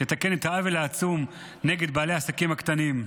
לתקן את העוול העצום נגד בעלי העסקים הקטנים.